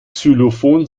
xylophon